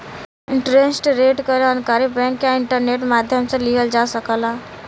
interest rate क जानकारी bank या इंटरनेट माध्यम से लिहल जा सकला